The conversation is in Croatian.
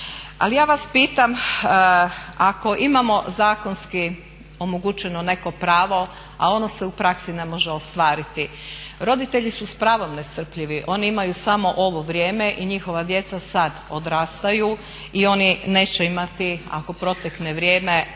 Ali ja vas pitam ako imamo zakonski omogućeno neko pravo a ono se u praksi ne može ostvariti. Roditelji su s pravom nestrpljivi. Oni imaju samo ovo vrijeme i njihova djeca sad odrastaju i oni neće imati ako protekne vrijeme